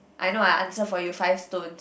I know I answer for you five stones